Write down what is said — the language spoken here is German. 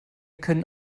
können